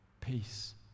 peace